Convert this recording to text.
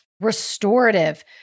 Restorative